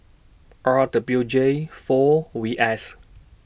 R W J four V S